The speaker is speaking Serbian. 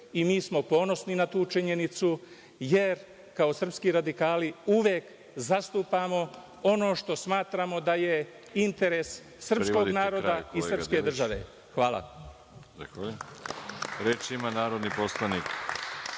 Mi smo ponosni na tu činjenicu, jer kao srpski radikali uvek zastupamo ono što smatramo da je interes srpskog naroda i srpske države. Hvala. **Veroljub